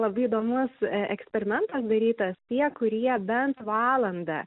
labai įdomus e eksperimentas darytas tie kurie bent valandą